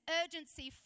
urgency